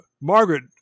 Margaret